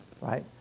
right